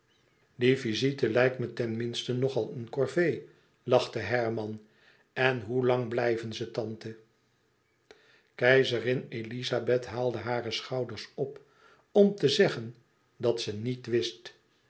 die visite lijkt me ten minste nog al een corvée lachte herman en hoe lang blijven ze tante keizerin elizabeth haalde hare schouders op om te zeggen dat ze niets wist